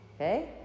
Okay